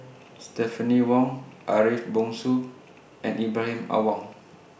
Stephanie Wong Ariff Bongso and Ibrahim Awang